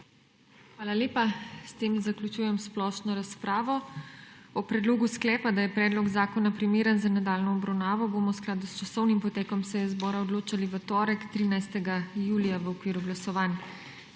Hvala lepa. S tem zaključujem splošno razpravo. O predlogu sklepa, da je predlog zakona primeren za nadaljnjo obravnavo, bomo v skladu s časovnim potekom seje Državnega zbora odločali v torek, 13. julija, v okviru glasovanj.